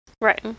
Right